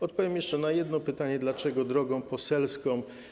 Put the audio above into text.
Odpowiem jeszcze na jedno pytanie, dlaczego droga poselska.